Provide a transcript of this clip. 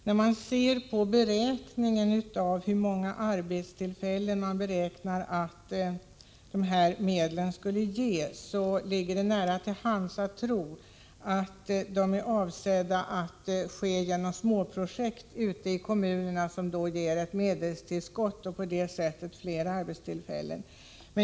När man ser på beräkningen av hur många arbetstillfällen dessa medel skulle ge framgår det att arbetstillfällen troligen är avsedda att skapas genom småprojekt i kommunerna som ger medelstillskott.